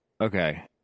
okay